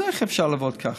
אז איך אפשר לעבוד כך?